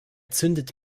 zündet